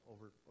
over